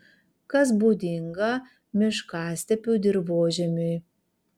kas būdinga miškastepių dirvožemiui